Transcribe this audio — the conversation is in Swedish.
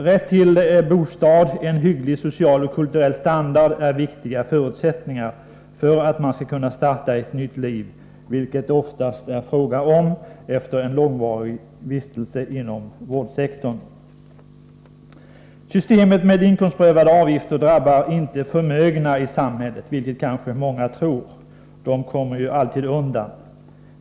Rätt till bostad, en hygglig social och kulturell standard är viktiga förutsättningar för att man skall kunna starta ett nytt liv, vilket det oftast är fråga om efter en långvarig vistelse inom vårdsektorn. Systemet med inkomstprövade avgifter drabbar inte förmögna i samhället, vilket kanske många tror. Dessa kommer ju alltid undan.